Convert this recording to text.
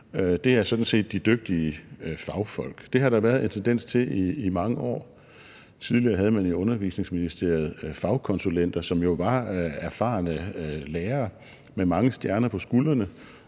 ud, sådan set er de dygtige fagfolk. Det har der været en tendens til i mange år. Tidligere havde man jo i Undervisningsministeriet fagkonsulenter, som jo var erfarne lærere med mange stjerner på skuldrene,